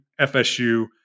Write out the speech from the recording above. FSU